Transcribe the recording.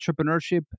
entrepreneurship